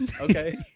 Okay